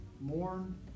mourn